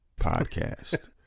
podcast